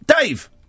Dave